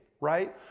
right